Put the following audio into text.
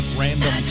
random